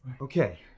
Okay